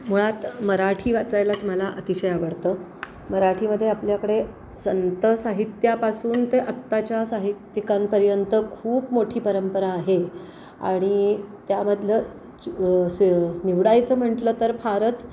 मुळात मराठी वाचायलाच मला अतिशय आवडतं मराठीमध्ये आपल्याकडे संतसाहित्यापासून ते आत्ताच्या साहित्यिकांपर्यंत खूप मोठी परंपरा आहे आणि त्यामधलं चू असं निवडायचं म्हटलं तर फारच